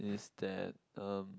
is that um